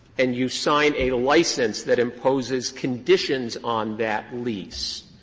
and you sign a license that imposes conditions on that lease,